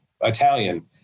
Italian